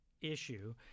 issue